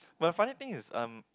but the funny thing is um